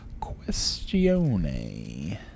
Questione